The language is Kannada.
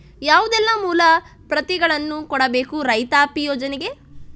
ಯಾವುದೆಲ್ಲ ಮೂಲ ಪ್ರತಿಗಳನ್ನು ಕೊಡಬೇಕು ರೈತಾಪಿ ಯೋಜನೆಗೆ?